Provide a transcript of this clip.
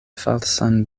falsan